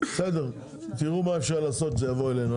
בסדר, תיראו מה אפשר לעשות שזה יעבור אלינו.